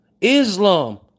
Islam